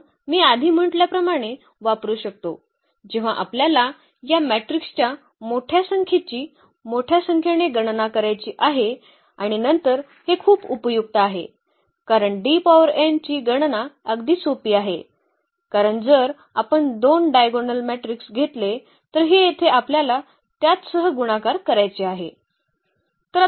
म्हणून मी आधी म्हटल्याप्रमाणे वापरू शकतो जेव्हा आपल्याला या मॅट्रिक्सच्या मोठ्या संख्येची मोठ्या संख्येने गणना करायची आहे आणि नंतर हे खूप उपयुक्त आहे कारण ची गणना अगदी सोपी आहे कारण जर आपण 2 डायगोनल मॅट्रिक्स घेतले तर हे येथे आपल्याला त्याचसह गुणाकार करायचे आहे